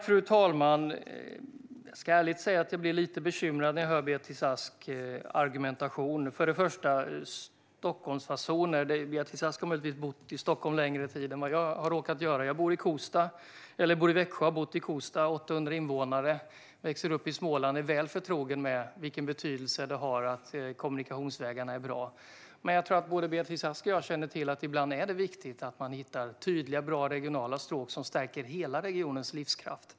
Fru talman! Jag ska ärligt säga att jag blir lite bekymrad när jag hör Beatrice Asks argumentation. Hon talar om Stockholmsfasoner. Beatrice Ask har möjligtvis bott i Stockholm längre tid än vad jag har råkat göra. Jag bor i Växjö och har bott i Kosta med 800 invånare. Jag växte upp i Småland och är väl förtrogen med vilken betydelse det har att kommunikationsvägarna är bra. Både Beatrice Ask och jag känner till att det ibland är viktigt att man hittar tydliga och bra regionala stråk som stärker hela regionens livskraft.